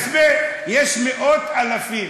הסבר: יש מאות אלפים,